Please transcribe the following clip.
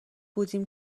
بودیم